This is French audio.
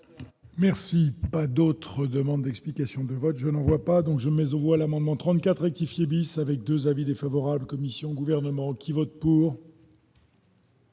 Merci, pas d'autres demandes d'explications de vote je n'vois pas donc je mais on voit l'amendement 34 rectifier bis avec 2 avis défavorables commission gouvernement qui vote pour.